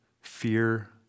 fear